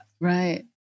Right